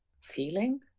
feeling